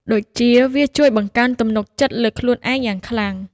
ដូចជា វាជួយបង្កើនទំនុកចិត្តលើខ្លួនឯងយ៉ាងខ្លាំង។